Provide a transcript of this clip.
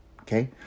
Okay